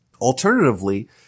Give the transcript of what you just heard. Alternatively